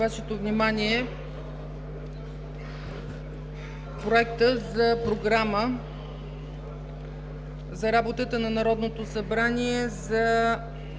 на Вашето внимание Проекта за програма за работата на Народното събрание за